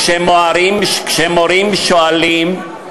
אתה, מורה, אתה רוצה להגן עליהם.